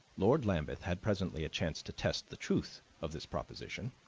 lord lambeth had presently a chance to test the truth of this proposition,